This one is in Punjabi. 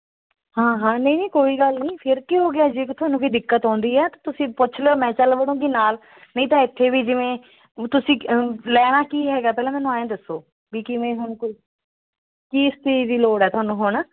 ਹਾਂ ਹਾਂ ਨਹੀਂ ਨਹੀਂ ਕੋਈ ਗੱਲ ਨਹੀਂ ਫਿਰ ਕੀ ਹੋ ਗਿਆ ਜੇਕਰ ਤੁਹਾਨੂੰ ਕੋਈ ਦਿੱਕਤ ਆਉਂਦੀ ਹੈ ਤੁਸੀਂ ਪੁੱਛ ਲਓ ਮੈਂ ਚੱਲ ਵੜਾਂਗੀ ਨਾਲ ਨਹੀਂ ਤਾਂ ਇੱਥੇ ਵੀ ਜਿਵੇਂ ਤੁਸੀਂ ਲੈਣਾ ਕੀ ਹੈਗਾ ਪਹਿਲਾਂ ਮੈਨੂੰ ਆਂਏਂ ਦੱਸੋ ਵੀ ਕਿਵੇਂ ਹੁਣ ਕੋਈ ਕਿਸ ਚੀਜ਼ ਦੀ ਲੋੜ ਹੈ ਤੁਹਾਨੂੰ ਹੁਣ